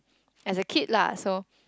as a kid lah so